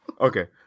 okay